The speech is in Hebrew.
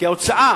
כי ההוצאה